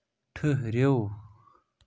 ٹھٕہرِو